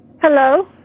Hello